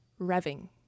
revving